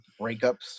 breakups